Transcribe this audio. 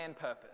purpose